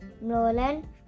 Nolan